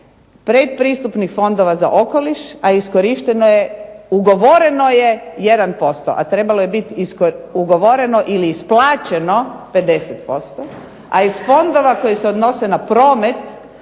predpristupnih fondova za okoliš, a iskorišteno je, ugovoreno je 1% a trebalo je biti ugovoreno ili isplaćeno 50% a iz fondova koji se odnose na promet